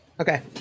okay